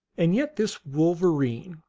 and yet this wolverine,